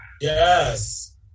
Yes